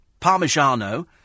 Parmigiano